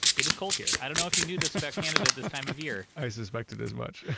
it is cold here. i don't know if you knew this about canada at this time of year i suspected as much